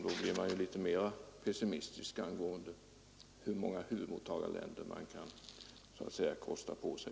Då blir man litet mera pessimistisk inför frågan hur många huvudmottagarländer man så att säga kan kosta på sig.